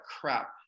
crap